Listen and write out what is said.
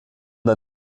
der